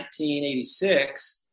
1986